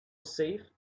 safe